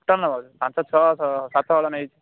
କେତେ ନେବ କି ପାଞ୍ଚ ଛଅ ସାତ ହଳ ନେଇଛି